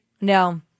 No